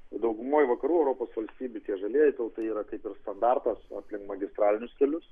daugumoj europos valstybių tie žalieji tiltai yra kaip ir standartas aplink magistralinius kelius